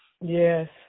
Yes